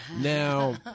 Now